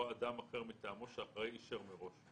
או אדם אחר מטעמו שהאחראי אישר מראש.